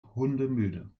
hundemüde